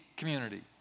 community